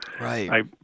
Right